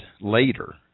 later